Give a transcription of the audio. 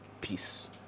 Peace